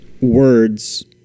words